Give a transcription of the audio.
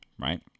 right